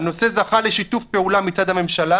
הנושא זכה לשיתוף פעולה מצד הממשלה.